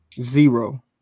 Zero